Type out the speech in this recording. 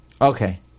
Okay